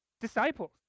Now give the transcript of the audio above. disciples